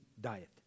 diet